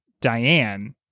Diane